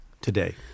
Today